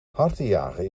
hartenjagen